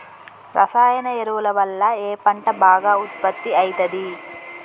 రసాయన ఎరువుల వల్ల ఏ పంట బాగా ఉత్పత్తి అయితది?